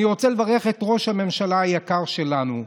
אני רוצה לברך את ראש הממשלה היקר שלנו,